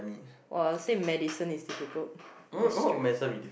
well I will say medicine is difficult the stress